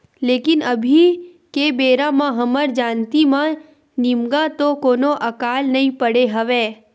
लेकिन अभी के बेरा म हमर जानती म निमगा तो कोनो अकाल नइ पड़े हवय